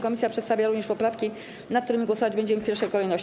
Komisja przedstawia również poprawki, nad którymi głosować będziemy w pierwszej kolejności.